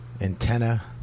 Antenna